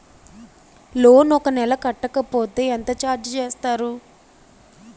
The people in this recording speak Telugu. లోన్ ఒక నెల కట్టకపోతే ఎంత ఛార్జ్ చేస్తారు?